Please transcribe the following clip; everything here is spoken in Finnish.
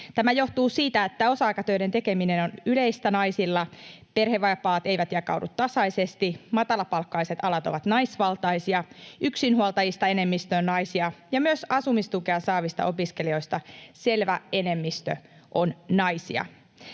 Tämä johtuu siitä, että osa-aikatöiden tekeminen on yleistä naisilla, perhevapaat eivät jakaudu tasaisesti, matalapalkkaiset alat ovat naisvaltaisia, yksinhuoltajista enemmistö on naisia ja myös asumistukea saavista opiskelijoista selvä enemmistö on naisia.